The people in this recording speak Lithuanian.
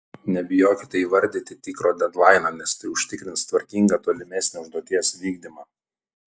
nebijokite įvardyti tikro dedlaino nes tai užtikrins tvarkingą tolimesnį užduoties vykdymą